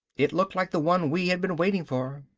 it looked like the one we had been waiting for.